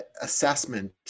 assessment